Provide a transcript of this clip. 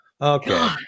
okay